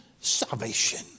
Salvation